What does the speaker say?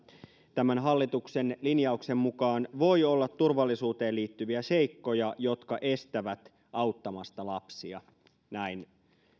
tämän hallituksen linjauksen mukaan voi olla turvallisuuteen liittyviä seikkoja jotka estävät auttamasta lapsia näin